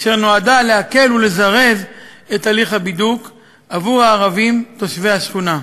אשר נועדה להקל ולזרז את הליך הבידוק עבור הערבים תושבי השכונה.